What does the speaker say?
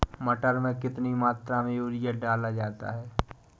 मटर में कितनी मात्रा में यूरिया डाला जाता है?